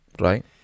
Right